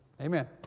Amen